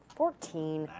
fourteen.